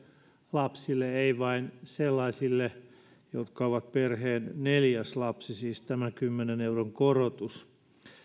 lapsille ei vain sellaisille jotka ovat perheen neljäs lapsi siis tämä kymmenen euron korotus